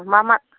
मा मा